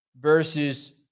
versus